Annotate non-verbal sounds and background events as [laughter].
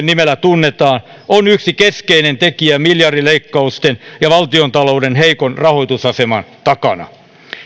[unintelligible] nimellä tunnetaan on yksi keskeinen tekijä miljardileikkausten ja valtiontalouden heikon rahoitusaseman takana